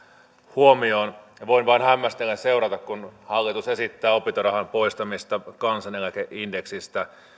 huomioon voin vain hämmästellen seurata kun hallitus esittää opintorahan poistamista kansaneläkeindeksistä